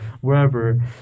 wherever